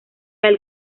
del